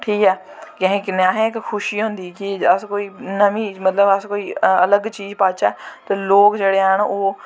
ठीक ऐ कि असें इयां इक खुशी होंदी कि अस कोई नमीं मतलव अस कोई अलग चीज़ पाच्चै ते लोग जेह्ड़े हैन ओह्